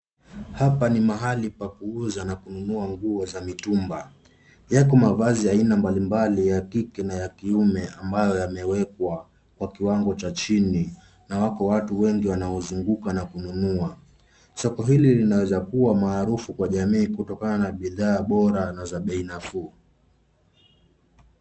Hapa ni mahali pa kuuza na kununua nguo za mitumba. Yako mavazi ya aina mbalimbali ya kike na ya kiume ambayo yamewekwa kwa kiwango cha chini na wako watu wengi wanaozunguka na kununua. Soko hili linaweza kuwa maarufu kwa jamii kutokana na bidhaa bora na za bei nafuu.